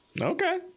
Okay